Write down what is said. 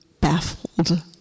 baffled